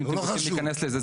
אם אתם רוצים להיכנס לזה,